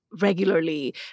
regularly